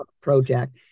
project